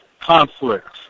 conflicts